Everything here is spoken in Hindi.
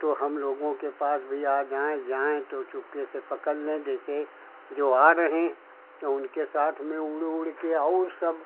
तो हम लोगों के पास भी आ जाएँ जाएँ तो चुपके से पकड़ लें जैसे जो आ रहे हैं अ उनके साथ में उड़ उड़ कर और सब